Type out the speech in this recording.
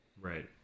Right